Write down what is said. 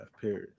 period